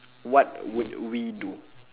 what would we do